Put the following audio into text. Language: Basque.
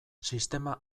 sistema